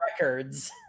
records